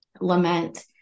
lament